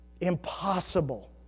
Impossible